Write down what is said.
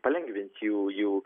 palengvint jų jų